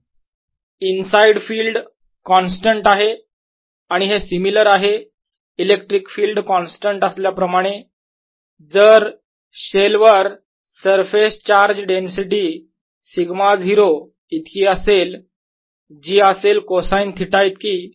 Br0KR331r32cosθrsinθr≥R 20KR3zr≤R inside field constant आहे आणि हे सिमिलर आहे इलेक्ट्रिक फील्ड कॉन्स्टंट असल्याप्रमाणे जर शेल वर सरफेस चार्ज डेन्सिटी σ0 इतकी असेल जी असेल कोसाईन थिटा इतकी